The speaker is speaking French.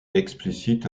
explicite